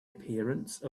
appearance